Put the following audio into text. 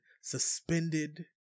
suspended